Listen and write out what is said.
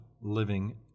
living